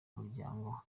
muryango